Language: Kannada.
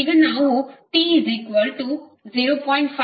ಈಗ ನಾವು t0